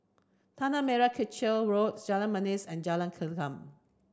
Tanah Merah Kechil Road Jalan Manis and Jalan Segam